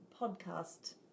podcast